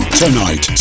tonight